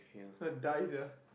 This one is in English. will die sia